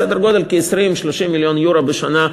סדר-גודל של 20 30 מיליון יורו אנחנו מקבלים בשנה,